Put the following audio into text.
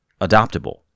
adoptable